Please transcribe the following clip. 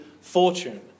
fortune